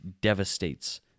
devastates